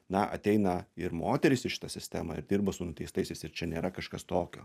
na ateina ir moterys į šitą sistemą ir dirba su nuteistaisiais ir čia nėra kažkas tokio